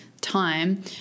time